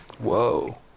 Whoa